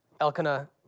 Elkanah